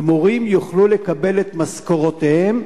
ומורים יוכלו לקבל את משכורותיהם,